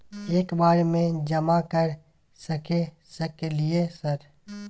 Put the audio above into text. एक बार में जमा कर सके सकलियै सर?